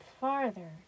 farther